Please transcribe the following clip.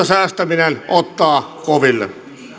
säästäminen ottaa koville